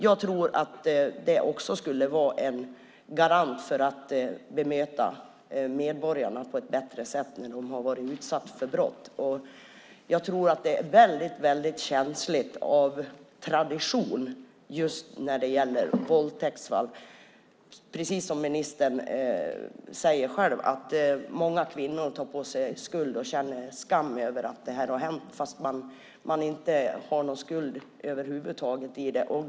Jag tror att det också skulle vara en garant för att medborgare som har varit utsatta för brott bemöts på ett bättre sätt. Jag tror att det av tradition är väldigt känsligt att anmäla våldtäktsfall. Precis som ministern säger tar många kvinnor på sig skulden och känner en skam över det som hänt, trots att man inte har någon skuld över huvud taget i det.